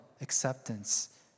acceptance